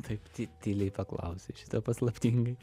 taip ty tyliai paklausei šitaip paslaptingai